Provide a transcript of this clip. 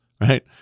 right